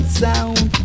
sound